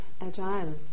agile